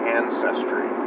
ancestry